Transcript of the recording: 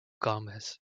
gomez